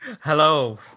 Hello